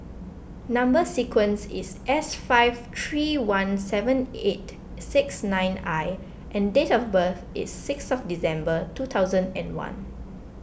Number Sequence is S five three one seven eight six nine I and date of birth is six of December two thousand and one